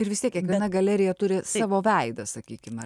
ir vis tiek kiekviena galerija turi savo veidą sakykim na